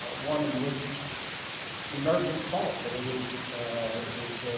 ah one in which it's the americans fault that it is it is